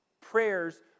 prayers